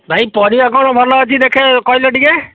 ଭାଇ ପରିବା କ'ଣ ଭଲ ଅଛି ଦେଖେ କହିଲ ଟିକେ